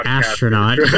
astronaut